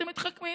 אתם מתחכמים.